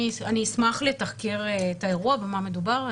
אני אשמח לתחקר את האירוע, במה מדובר.